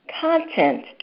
content